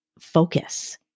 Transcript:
focus